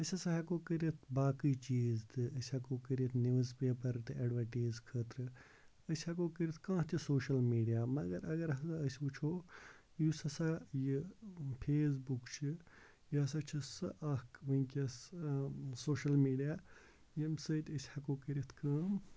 أسۍ ہَسا ہٮ۪کو کٔرِتھ باقٕے چیٖز تہٕ أسۍ ہٮ۪کو کٔرِتھ نِوٕز پیپَر تہٕ اٮ۪ڈوَٹیٖز خٲطرٕ أسۍ ہٮ۪کو کٔرِتھ کانٛہہ تہِ سوشَل میٖڈیا مگر اگر ہَسا أسۍ وٕچھو یُس ہَسا یہِ فیس بُک چھِ یہِ ہَسا چھِ سۄ اَکھ وٕنکٮ۪س سوشَل میٖڈیا ییٚمہِ سۭتۍ أسۍ ہٮ۪کو کٔرِتھ کٲم